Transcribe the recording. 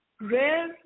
Rare